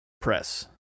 press